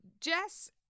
Jess